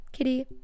kitty